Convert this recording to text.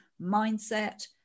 mindset